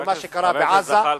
ממה שקרה בעזה.